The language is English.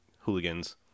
hooligans